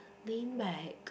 lean back